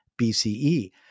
BCE